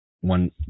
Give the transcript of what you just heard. one